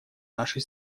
нашей